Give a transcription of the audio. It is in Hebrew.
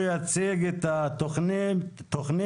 הוא יציג את התוכנית/רפורמה.